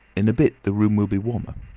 in a bit the room will be warmer.